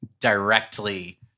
directly